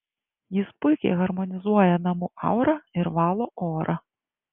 jis puikiai harmonizuoja namų aurą ir valo orą